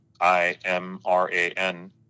I-M-R-A-N